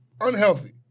Unhealthy